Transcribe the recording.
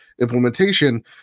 implementation